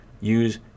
use